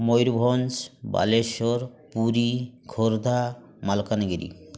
Mayurbhanj Balasore Puri Khordha Malkangiri